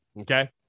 okay